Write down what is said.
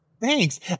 Thanks